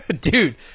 dude